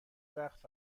وقت